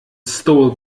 stole